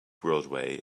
broadway